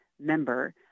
member